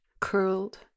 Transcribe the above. curled